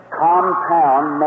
compound